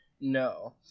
No